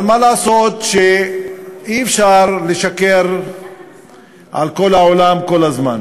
אבל מה לעשות שאי-אפשר לשקר לכל העולם כל הזמן